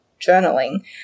journaling